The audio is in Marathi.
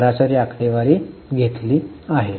सरासरी आकडेवारी घेतली आहे